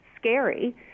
scary